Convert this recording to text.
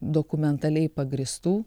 dokumentaliai pagrįstų